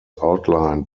outlined